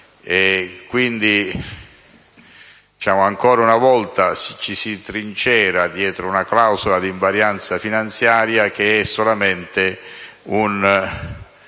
Quindi, ancora una volta, ci si trincera dietro una clausola di invarianza finanziaria che è solamente